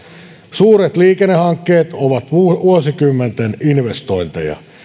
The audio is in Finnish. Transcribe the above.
suuret liikennehankkeet ovat vuosikymmenten investointeja